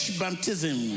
baptism